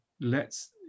lets